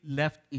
left